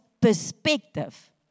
perspective